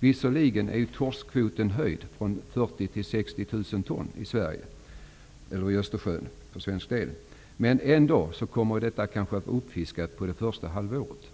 Visserligen har torskkvoten höjts från 40 000 till 60 000 ton i Östersjön för svensk del. Den kvoten kommer kanske ändå att fiskas upp under det första halvåret.